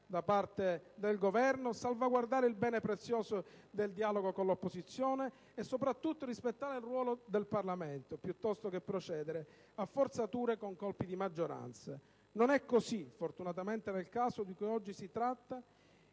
da parte del Governo, salvaguardare il bene prezioso del dialogo con l'opposizione e soprattutto rispettare il ruolo del Parlamento, piuttosto che procedere a forzature con colpi di maggioranza. Non è così, fortunatamente, nel caso di cui oggi si tratta,